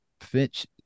Fitch –